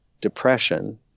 depression